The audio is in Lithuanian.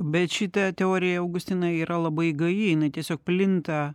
bet šita teorija augustinai yra labai gaji jinai tiesiog plinta